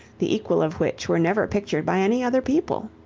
the equal of which were never pictured by any other people.